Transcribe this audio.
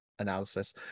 analysis